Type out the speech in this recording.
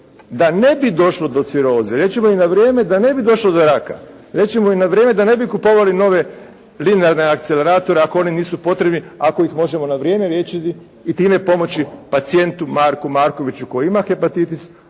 da ne bi došlo do ciroze. Liječimo ih na vrijeme da ne bi došlo do raka. Liječimo ih na vrijeme da ne bi kupovali nove linearne akceleratore ako oni nisu potrebni, ako ih možemo na vrijeme liječiti i time pomoći pacijentu Marku Markoviću koji ima hepatitis